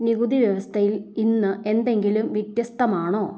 നികുതി വ്യവസ്ഥയിൽ ഇന്ന് എന്തെങ്കിലും വ്യത്യസ്തമാണോ